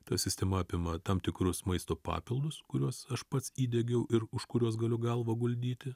ta sistema apima tam tikrus maisto papildus kuriuos aš pats įdegiau ir už kuriuos galiu galvą guldyti